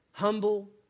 humble